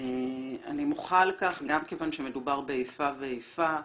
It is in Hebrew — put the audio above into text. אני מוחה על כך גם כיוון שמדובר באיפה ואיפה,